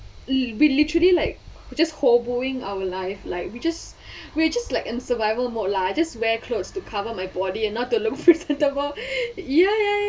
we we literally like who just hoboing our life like we just we're just like in survival mode lah just wear clothes to cover my body and not to look presentable ya ya